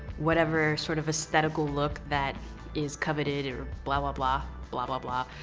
whatever sort of aesthetical look that is coveted or blah, blah, blah blah, blah, blah,